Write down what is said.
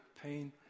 pain